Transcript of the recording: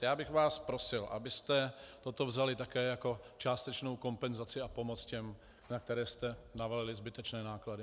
Já bych vás prosil, abyste toto vzali také jako částečnou kompenzaci a pomoc těm, na které jste navalili zbytečné náklady.